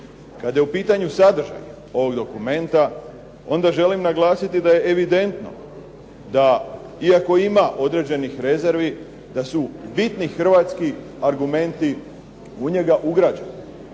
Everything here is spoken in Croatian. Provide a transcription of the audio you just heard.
Kada je u pitanju sadržaj ovog dokumenta, onda želim naglasiti da je evidentno da iako ima određenih rezervi da su bitni hrvatski argumenti u njega ugrađeni